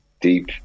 deep